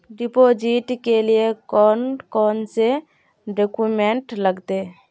Deposit के लिए कौन कौन से डॉक्यूमेंट लगते?